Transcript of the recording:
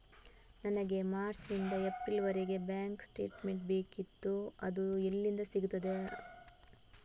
ನನಗೆ ಮಾರ್ಚ್ ನಿಂದ ಏಪ್ರಿಲ್ ವರೆಗೆ ಬ್ಯಾಂಕ್ ಸ್ಟೇಟ್ಮೆಂಟ್ ಬೇಕಿತ್ತು ಅದು ಎಲ್ಲಿಂದ ಸಿಗುತ್ತದೆ ನಾನು ಹೇಗೆ ತೆಗೆಯಬೇಕು?